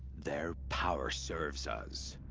their power serves us.